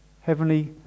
Heavenly